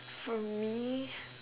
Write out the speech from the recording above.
for me